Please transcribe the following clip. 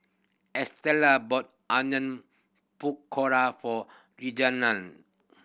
Estela bought Onion Pakora for Reginald